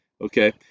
Okay